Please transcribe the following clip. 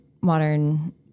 modern